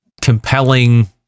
compelling